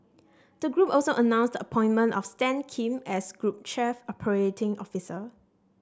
the group also announced the appointment of Stan Kim as group chief operating officer